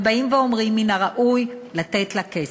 ובאים ואומרים: מן הראוי לתת לה כסף.